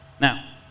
Now